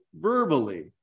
verbally